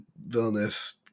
villainous